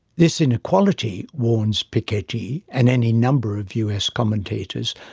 this inequality, warns piketty and any number of us commentators,